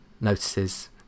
notices